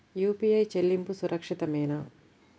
UPI చెల్లింపు సురక్షితమేనా?